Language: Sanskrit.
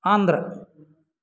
आन्ध्र